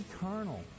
eternal